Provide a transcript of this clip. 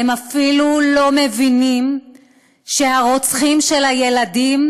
הם אפילו לא מבינים שהם הרוצחים של הילדים.